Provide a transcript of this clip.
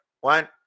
One